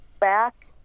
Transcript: back